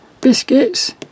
biscuits